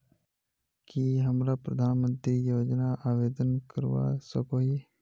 की हमरा प्रधानमंत्री योजना आवेदन करवा सकोही?